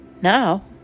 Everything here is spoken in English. Now